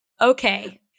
Okay